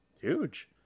Huge